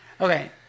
Okay